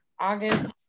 August